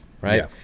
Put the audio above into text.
right